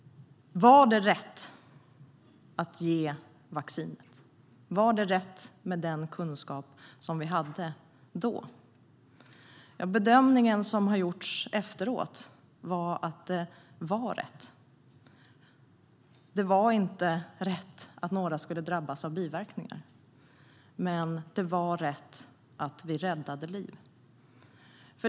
Var det rätt att ge vaccinet, med den kunskap som vi hade då? Bedömningen som har gjorts efteråt är att det var rätt. Det var inte rätt att några skulle drabbas av biverkningar. Men det var rätt att vi räddade liv.